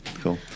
Cool